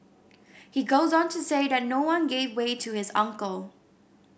he goes on to say that no one gave way to his uncle